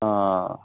ಹಾಂ